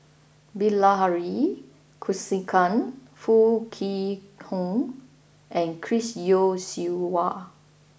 Bilahari Kausikan Foo Kwee Horng and Chris Yeo Siew Hua